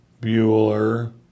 Bueller